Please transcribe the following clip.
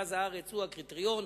ממרכז הארץ הוא הקריטריון.